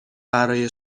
برای